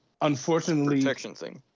Unfortunately